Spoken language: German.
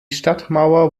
stadtmauer